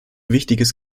wichtiges